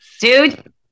dude